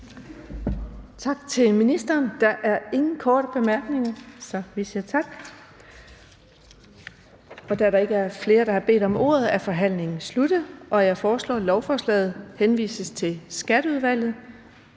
Tak til ministeren. Der er ingen korte bemærkninger, så vi siger tak. Da der ikke er flere, der har bedt om ordet, er forhandlingen sluttet. Jeg foreslår, at lovforslaget henvises til Skatteudvalget.